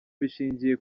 bishingiye